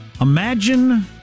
Imagine